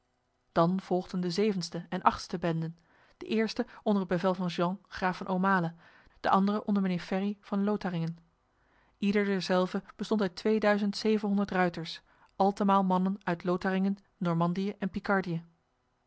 dan volgden de zevenste en achtste benden de eerste onder het bevel van jean graaf van aumale de andere onder mijnheer ferry van lotharingen ieder derzelve bestond uit tweeduizend zevenhonderd ruiters altemaal mannen uit lotharingen normandië en